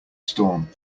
storm